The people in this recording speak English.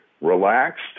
relaxed